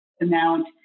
amount